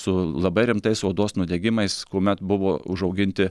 su labai rimtais odos nudegimais kuomet buvo užauginti